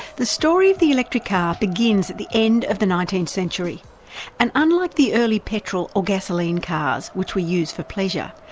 the story of the electric car begins at the end of the nineteenth century and unlike the early petrol or gasoline cars, which were used for pleasure,